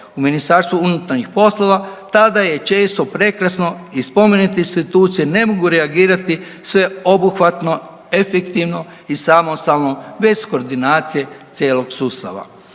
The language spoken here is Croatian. ili još gore u MUP-u tada je često prekasno i spomenute institucije ne mogu reagirati sveobuhvatno, efektivno i samostalno bez koordinacije cijelog sustava.